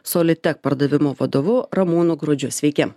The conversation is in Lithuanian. solitek pardavimų vadovu ramūnu grudžiu sveiki